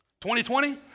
2020